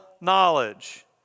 knowledge